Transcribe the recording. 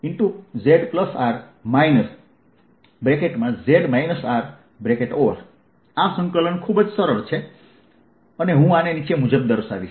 આ સંકલન ખૂબ જ સરળ છે અને હું આને નીચે મુજબ દર્શાવીશ